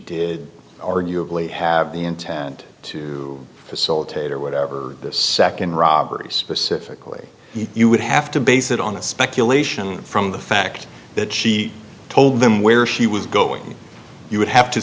did arguably have the intent to facilitate or whatever second robberies pacifically you would have to base it on the speculation from the fact that she told them where she was going you would have to